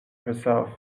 herself